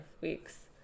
weeks